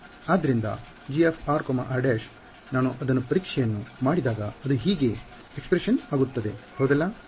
ಆದ್ದರಿಂದ grr′ ನಾನು ಅದನ್ನು ಪರೀಕ್ಷೆಯನ್ನು ಮಾಡಿದಾಗ ಅದು ಹೀಗೆ ಎಕ್ಸಪ್ರೆಸ್ಸೆನ್ ಆಗುತ್ತದೆ ಹೌದಲ್ಲ